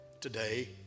Today